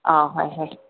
ꯑꯥꯎ ꯍꯣꯏ ꯍꯣꯏ